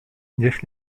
niech